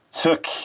took